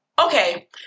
okay